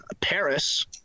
Paris